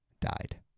died